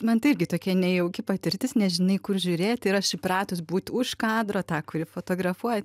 man tai irgi tokia nejauki patirtis nežinai kur žiūrėti aš įpratus būt už kadro ta kuri fotografuoja